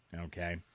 Okay